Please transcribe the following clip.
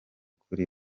kuri